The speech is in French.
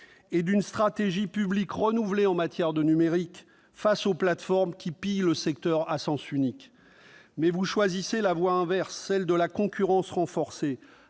et une stratégie publique renouvelée en matière de numérique face aux plateformes qui pillent le secteur à sens unique. Toutefois, vous choisissez la voie inverse, celle de la concurrence renforcée,